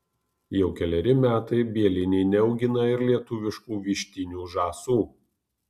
jau keleri metai bieliniai neaugina ir lietuviškų vištinių žąsų